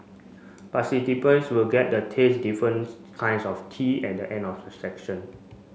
will get the taste difference kinds of tea at end of the session